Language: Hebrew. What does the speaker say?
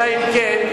אלא אם כן,